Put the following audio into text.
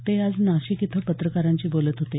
ते आज नाशिक इथे पत्रकारांशी बोलत होते